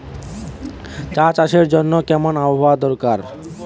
চা চাষের জন্য কেমন আবহাওয়া দরকার?